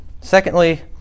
Secondly